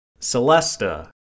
Celesta